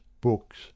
books